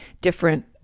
different